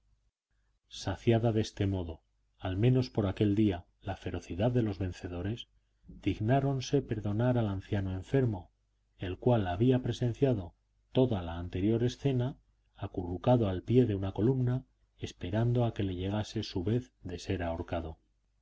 saciada de este modo al menos por aquel día la ferocidad de los vencedores dignáronse perdonar al anciano enfermo el cual había presenciado toda la anterior escena acurrucado al pie de una columna esperando a que le llegase su vez de ser ahorcado